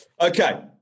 Okay